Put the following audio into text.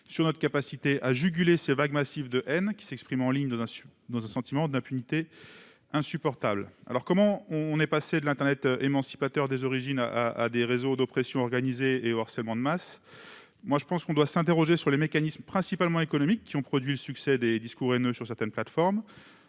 sur notre capacité à juguler ces vagues massives de haine qui s'expriment en ligne, avec un sentiment d'impunité insupportable. Comment est-on passé de l'internet émancipateur des origines à ces réseaux d'oppression organisée et au harcèlement de masse ? On doit s'interroger sur les mécanismes principalement économiques qui ont conduit au succès des discours haineux sur certaines plateformes.